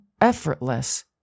effortless